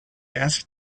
asked